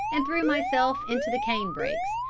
and threw myself into the cane-brakes,